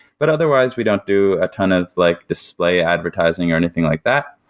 but otherwise, we don't do a ton of like display advertising, or anything like that.